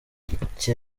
iki